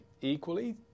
equally